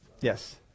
Yes